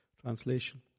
Translation